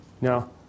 No